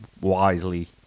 wisely